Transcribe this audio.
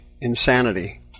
insanity